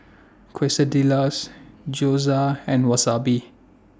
Quesadillas Gyoza and Wasabi